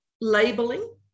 Labeling